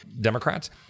democrats